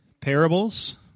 Parables